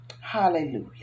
Hallelujah